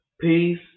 Peace